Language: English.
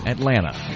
Atlanta